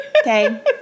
Okay